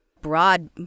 broad